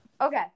Okay